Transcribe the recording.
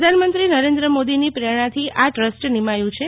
પ્રધાનમંત્રી નરેન્દ્ર મોદીની પ્રેરણાથી આ ટ્રસ્ટ નિમાયું છે